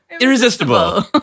irresistible